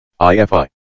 IFI